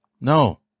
no